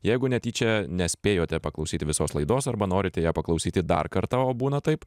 jeigu netyčia nespėjote paklausyti visos laidos arba norite ją paklausyti dar kartą o būna taip